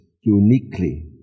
uniquely